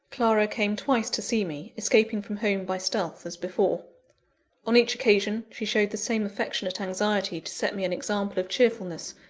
clara came twice to see me escaping from home by stealth, as before on each occasion, she showed the same affectionate anxiety to set me an example of cheerfulness,